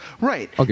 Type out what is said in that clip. Right